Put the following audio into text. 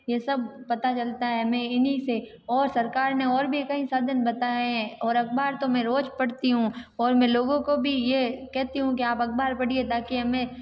ये सब पता चलता है हमें इन्ही से और सरकार ने और भी कई साधन बताएं हैं और अखबार तो मैं रोज़ पढ़ती हूँ और मैं लोगों को भी ये कहती हूँ के आप अखबार पढ़िए ताकि हमें